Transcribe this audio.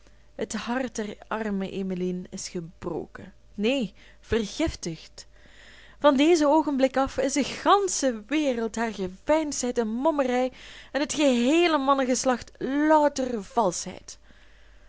het hart der arme emmeline is gebroken neen vergiftigd van dezen oogenblik af is de gansche wereld haar geveinsdheid en mommerij en het geheele mannengeslacht louter valschheid